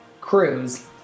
cruise